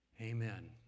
Amen